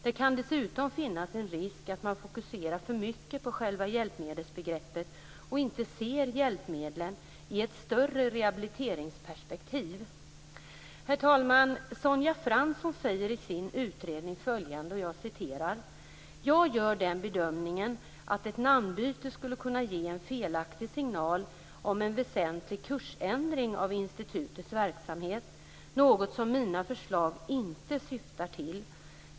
Det kan dessutom finnas en risk för att man fokuserar för mycket på själva hjälpmedelsbegreppet och inte ser hjälpmedlen i ett större rehabiliteringsperspektiv. Herr talman! Sonja Fransson säger i sin utredning följande: Jag gör den bedömningen att ett namnbyte skulle kunna ge en felaktig signal om en väsentlig kursändring av institutets verksamhet, något som mina förslag inte syftar till.